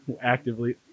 Actively